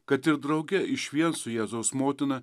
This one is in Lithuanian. kad ir drauge išvien su jėzaus motina